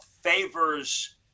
favors –